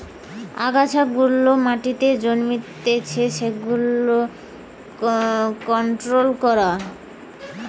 আগাছা যেগুলা মাটিতে জন্মাতিচে সেগুলার কন্ট্রোল করা